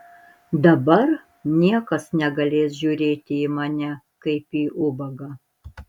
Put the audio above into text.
dabar niekas negalės žiūrėti į mane kaip į ubagą